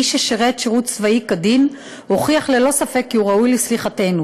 מי ששירת שירות צבאי כדין הוכיח ללא ספק כי הוא ראוי לסליחתנו.